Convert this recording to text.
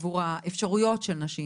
עבור האפשרויות של נשים.